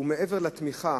ומעבר לתמיכה